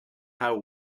how